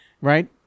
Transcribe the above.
right